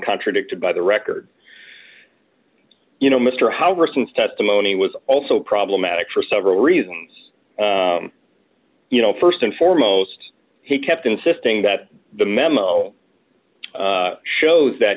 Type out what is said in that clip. contradicted by the record you know mr however since testimony was also problematic for several reasons you know st and foremost he kept insisting that the memo shows that